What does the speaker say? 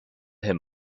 him